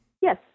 Yes